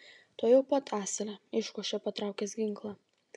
tuojau pat asile iškošė patraukęs ginklą